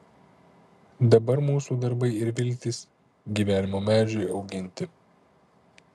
dabar mūsų darbai ir viltys gyvenimo medžiui auginti